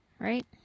Right